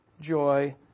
joy